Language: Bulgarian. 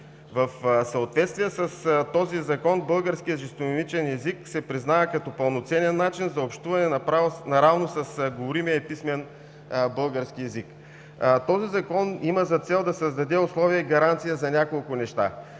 В съответствие с този Закон българският жестомимичен език се признава като пълноценен начин за общуване наравно с говоримия писмен български език. Този Закон има за цел да създаде условия и гаранции за няколко неща: